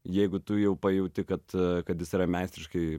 jeigu tu jau pajauti kad kad jis yra meistriškai